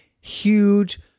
huge